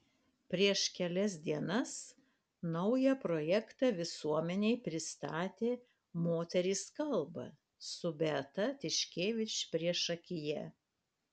prieš kelias dienas naują projektą visuomenei pristatė moterys kalba su beata tiškevič priešakyje